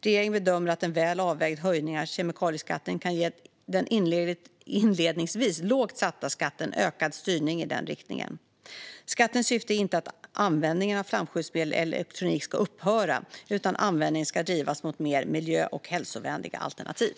Regeringen bedömer att en väl avvägd höjning av kemikalieskatten kan ge den inledningsvis lågt satta skatten ökad styrning i den riktningen. Skattens syfte är inte att användningen av flamskyddsmedel i elektronik ska upphöra utan att användningen ska drivas mot mer miljö och hälsovänliga alternativ.